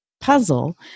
puzzle